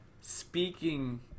speaking